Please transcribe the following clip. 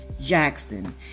Jackson